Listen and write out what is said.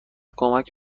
کمک